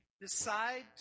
decide